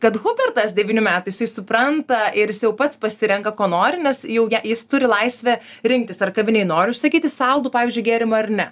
kad hubertas devynių metų jisai supranta ir jis jau pats pasirenka ko nori nes jau jis turi laisvę rinktis ar kavinėj noriu užsakyti saldų pavyzdžiui gėrimą ar ne